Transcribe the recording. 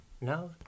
No